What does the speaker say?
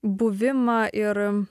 buvimą ir